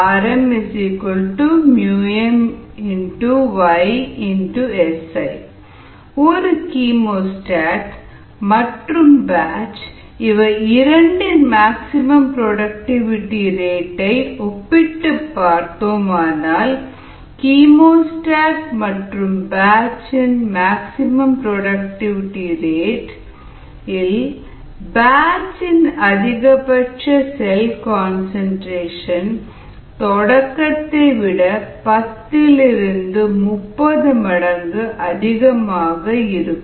Rmm ஒரு chemostat மற்றும் batch இவை இரண்டின் மேக்ஸிமம் புரோடக்டிவிடி ரேட் ஒப்பிட்டுப் பார்த்தால் RchemostatRbatch mSiYxs1mln⁡ln கீமோஸ்டாட் மற்றும் பேட்ச் இன் மேக்ஸிமம் புரோடக்டிவிடி ரேட் பார்க்கும் பொழுது இன் அதிகபட்ச செல் கன்சன்ட்ரேஷன் தொடக்கத்தை விட 10 30 மடங்கு அதிகமாக இருக்கும்